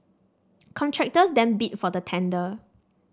contractors then bid for the tender